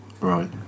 Right